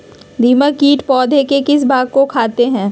दीमक किट पौधे के किस भाग को खाते हैं?